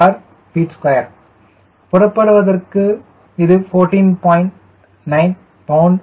2 lbft2 புறப்படுவதற்கு இது 14